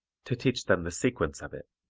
to teach them the sequence of it.